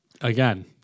again